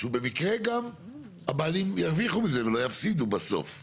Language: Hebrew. שהוא במקרה גם הבעלים ירוויחו מזה ולא יפסידו בסוף.